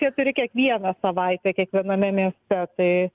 keturi kiekvieną savaitę kiekviename mieste tai